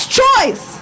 choice